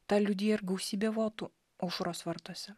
tą liudija ir gausybė votų aušros vartuose